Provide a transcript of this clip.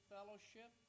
Fellowship